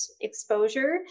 exposure